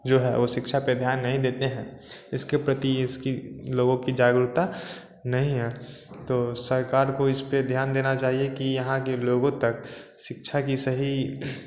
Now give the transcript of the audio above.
जो है वह शिक्षा पर ध्यान नहीं देते हैं इसके प्रति इसकी लोगों की जागरूकता नहीं है तो सरकार को इस पर ध्यान देना चाहिए कि यहाँ के लोगों तक शिक्षा का सही